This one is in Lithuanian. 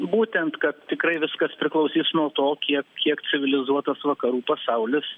būtent kad tikrai viskas priklausys nuo to kiek kiek civilizuotas vakarų pasaulis